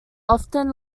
often